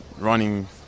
running